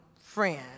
friend